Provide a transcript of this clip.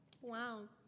Wow